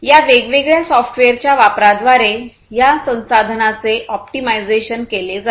या वेगवेगळ्या सॉफ्टवेअरच्या वापराद्वारे या संसाधनांचे ऑप्टिमायझेशन केले जाते